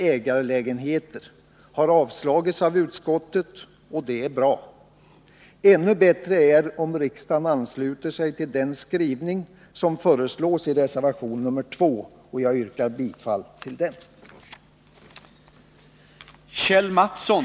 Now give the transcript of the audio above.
ägarlägenheter, har avstyrkts av utskottet, och det är bra. Ännu bättre är om riksdagen ansluter sig till den skrivning som föreslås i reservation nr 2. Jag yrkar bifall till den.